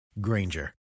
Granger